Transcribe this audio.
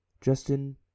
Justin